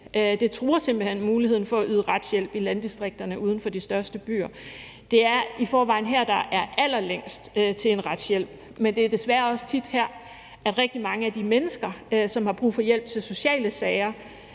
hen truer muligheden for at yde retshjælp i landdistrikterne uden for de største byer. Det er i forvejen her, der er allerlængst til en retshjælp, men det er desværre også tit her, rigtig mange af de mennesker, som har brug for hjælp til sociale sager,